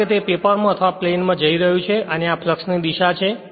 કારણ કે તે પેપર માં અથવા પ્લેન માં જઇ રહ્યું છે અને આ ફ્લક્ષ ની દિશા છે